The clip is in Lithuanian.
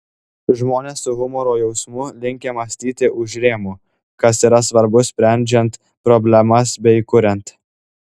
žmonės su humoro jausmu linkę mąstyti už rėmų kas yra svarbu sprendžiant problemas bei kuriant